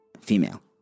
female